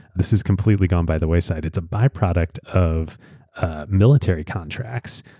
this has completely gone by the wayside. it's a byproduct of military contracts,